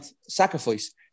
sacrifice